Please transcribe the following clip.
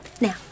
Now